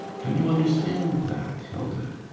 can you understand that, hilda?